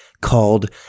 called